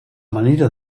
manera